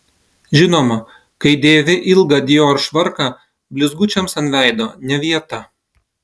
žinoma kai dėvi ilgą dior švarką blizgučiams ant veido ne vieta